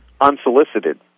unsolicited